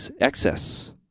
excess